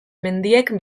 mendiek